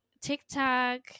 TikTok